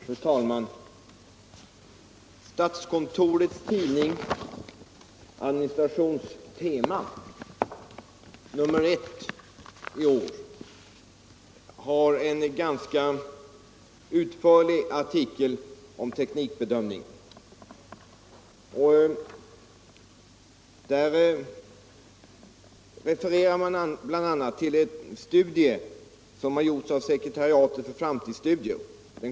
Fru talman! Statskontorets tidning, Administrations-Tema nr 1 i år hade en ganska utförlig artikel om teknikbedömning. Där refereras bl.a. till en studie som är gjord av sekreteriatet för framtidsstudier.